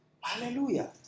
Hallelujah